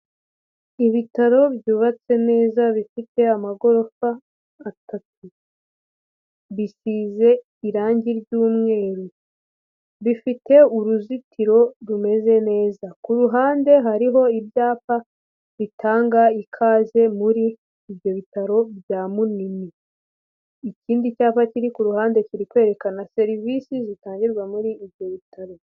Ibitaro byubatse neza bifite amagorofa atatu. Bisize irange ry'umweru. Bifite uruzitiro rumeze neza. Ku ruhande hariho ibyapa bitanga ikaze muri ibyo bitaro bya Munini. Ikindi cyapa kiri ku ruhande kiri kwerekana serivisi zitangirwa muri ibyo bitaro.